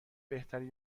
بهتری